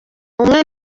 umwe